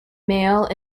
male